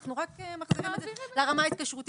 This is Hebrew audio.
אנחנו רק מחזירים את זה לרמה ההתקשרותית.